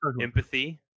empathy